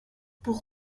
pour